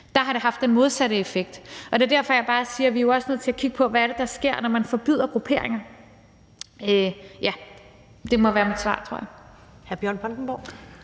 Der har det haft den modsatte effekt, og det er jo derfor, jeg bare siger, at vi også er nødt til at kigge på, hvad det er, der sker, når man forbyder grupperinger. Ja, det må være mit svar, tror jeg.